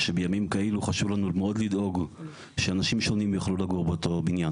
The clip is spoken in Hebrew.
שבימים כאלו מאוד חשוב לנו לדאוג שאנשים שונים יוכלו לגור באותו בניין,